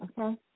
okay